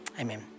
Amen